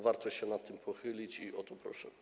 Warto się nad tym pochylić i o to proszę.